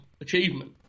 achievement